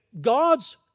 God's